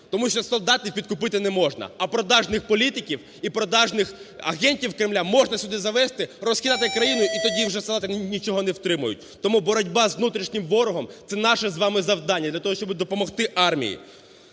Тому що солдатів підкупити не можна, а продажних політиків і продажних агентів Кремля можна сюди завести, розхитати країну і тоді вже солдати нічого не витримують. Тому боротьба з внутрішнім ворогом – це наше з вами завдання для того, щоб допомогти армії.